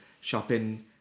shopping